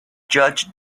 judge